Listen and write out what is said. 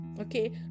okay